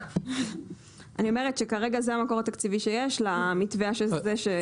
כרגע זה המקור התקציבי שיש למתווה הזה שנסגר במשרד התחבורה.